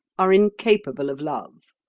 are incapable of love.